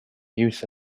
use